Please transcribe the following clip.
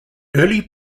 early